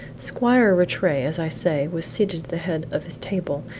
squire rattray, as i say, was seated at the head of his table,